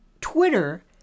Twitter